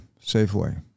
Safeway